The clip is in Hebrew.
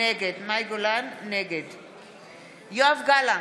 נגד יואב גלנט,